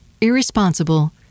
irresponsible